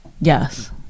Yes